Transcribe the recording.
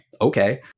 Okay